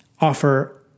offer